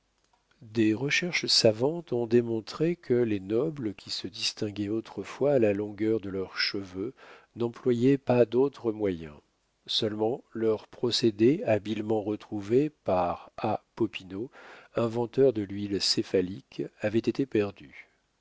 des recherches savantes ont démontré que les nobles qui se distinguaient autrefois à la longueur de leurs cheveux n'employaient pas d'autre moyen seulement leur procédé habilement retrouvé par a popinot inventeur de l'huile céphalique avait été perdu